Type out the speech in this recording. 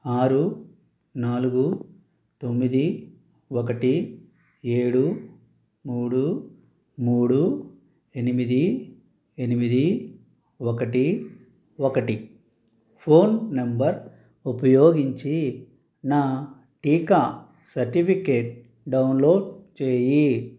ఆరు నాలుగు తొమ్మిది ఒకటి ఏడు మూడు మూడు ఎనిమిది ఎనిమిది ఒకటి ఒకటి ఫోన్ నంబర్ ఉపయోగించి నా టీకా సర్టిఫికేట్ డౌన్లోడ్ చెయ్యి